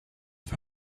for